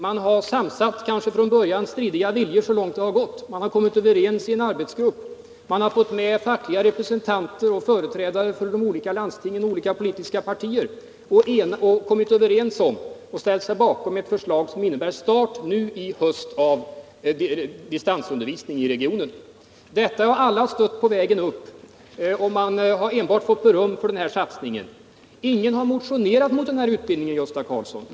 Man har enat från början kanske stridiga viljor så långt det har varit möjligt, man har kommit överens i en arbetsgrupp, man har fått med fackliga representanter och företrädare för landsting och olika politiska partier och ställt sig bakom ett förslag som innebär start i höst av distansundervisning i regionen. Detta har alla stött, och man har enbart fått beröm för denna satsning. Ingen har motionerat mot denna utbildning.